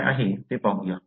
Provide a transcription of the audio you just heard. ते काय आहे ते पाहूया